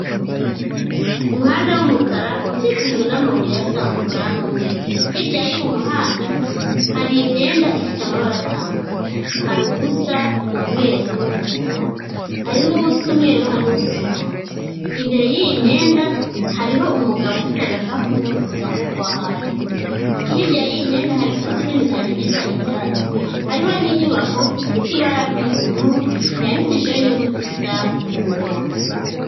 Umuhanda wumukara ukikijwe n'amabuye asa umukara n'umweru, hirya y'uwo muhanda hari imyenda ifite amabara atandukanye, hari uwusa umweru n'umukara, hari n'uwusa umweru hari n'uwusa umuhondo. Imbere y'iyi myenda hariho umugabo ufite agakapu uri kuza nko kuhahira. Hirya y'iyi myenda hari igiti kinini cyane gisa icyatsi hariho n'inyubako ifite ibara ry'ubururu yandikishijeho inyuguti isa umuhondo.